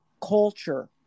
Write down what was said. Culture